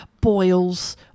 boils